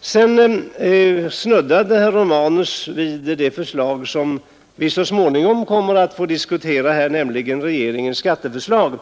Slutligen snuddade herr Romanus vid det förslag som vi så småningom kommer att få diskutera här, nämligen regeringens skatteförslag.